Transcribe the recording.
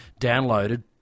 downloaded